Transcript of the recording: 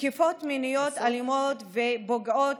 תקיפות מיניות אלימות ופוגעות,